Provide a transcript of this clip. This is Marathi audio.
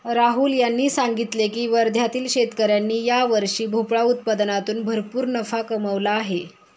राहुल यांनी सांगितले की वर्ध्यातील शेतकऱ्यांनी यावर्षी भोपळा उत्पादनातून भरपूर नफा कमावला आहे